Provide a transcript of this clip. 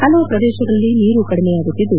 ಹಲವು ಪ್ರದೇಶಗಳಲ್ಲಿ ನೀರು ಕಡಿಮೆಯಾಗುತ್ತಿದ್ದು